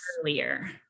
earlier